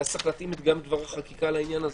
כי אז צריך להתאים את דבר החקיקה לעניין הזה.